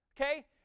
Okay